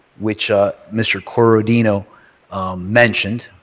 which ah mr. corodino mentioned.